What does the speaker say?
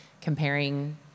comparing